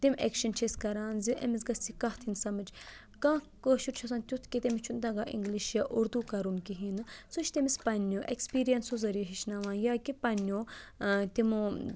تِم اٮ۪کشَن چھِ أسۍ کَران زِ أمِس گٔژھ یہِ کَتھ یِن سَمٕج کانٛہہ کٲشُر چھُ آسان تیُتھ کہِ تٔمِس چھُنہٕ تَگان اِنٛگلِش یا اُردو کَرُن کِہیٖنۍ نہٕ سُہ چھُ تٔمِس پنٛنیو اٮ۪کسپیٖرِیَنسو ذٔریعہِ ہیٚچھناوان یا کہِ پنٛنیو تِمو